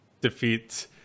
defeat